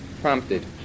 prompted